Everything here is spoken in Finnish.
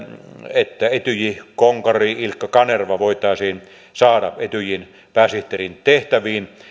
että etyj konkari ilkka kanerva voitaisiin saada etyjin pääsihteerin tehtäviin